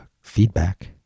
feedback